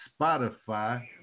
Spotify